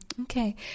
Okay